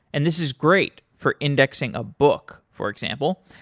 and this is great for indexing a book, for example.